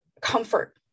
comfort